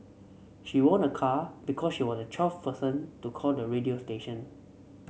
she won a car because she was the twelfth person to call the radio station